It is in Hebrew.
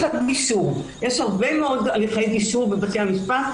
הגישור יש הרבה מאוד הליכי גישור בבתי המשפט,